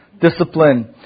discipline